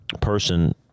person